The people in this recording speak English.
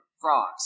frogs